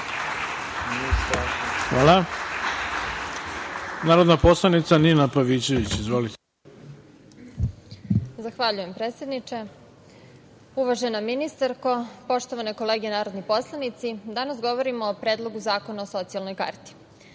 ima narodna poslanica Nina Pavićević. Izvolite. **Nina Pavićević** Zahvaljujem, predsedniče. Uvažena ministarko, poštovane kolege narodni poslanici, danas govorimo o Predlogu zakona o socijalnoj karti.